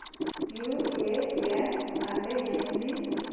UAN అంటే ఏంది?